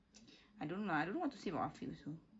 I don't know lah I don't know what to say about afiq also